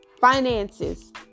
finances